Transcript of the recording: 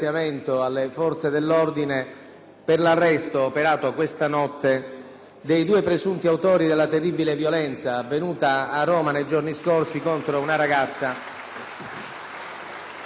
per l'arresto, operato questa notte, dei due presunti autori della terribile violenza avvenuta a Roma nei giorni scorsi contro una ragazza